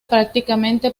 prácticamente